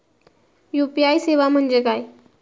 UPI सेवा म्हणजे काय?